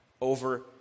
over